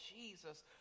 Jesus